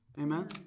Amen